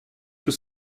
peut